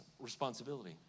responsibility